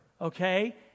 okay